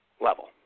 level